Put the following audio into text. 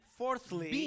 fourthly